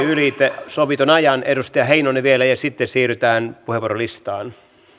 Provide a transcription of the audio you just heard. ylitse sovitun ajan edustaja heinonen vielä ja sitten siirrytään puheenvuorolistaan